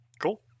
Cool